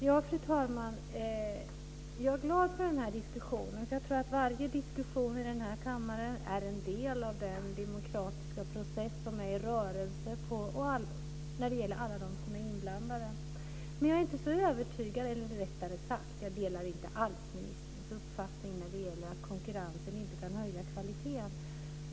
Fru talman! Jag är glad för den här diskussionen, för jag tror att varje diskussion i den här kammaren är en del av den demokratiska process som är i rörelse. Jag delar inte alls ministerns uppfattning att konkurrensen inte kan höja kvaliteten.